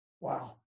Wow